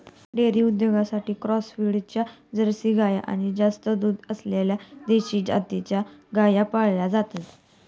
dairy उद्योगासाठी cross ब्रीडच्या Jersey गाई आणि जास्त दूध असलेल्या देशी जातीच्या गायी पाळल्या जातात